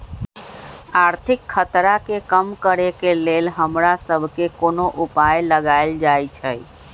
आर्थिक खतरा के कम करेके लेल हमरा सभके कोनो उपाय लगाएल जाइ छै